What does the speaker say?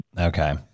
Okay